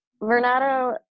Vernado